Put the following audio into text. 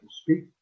speak